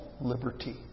liberty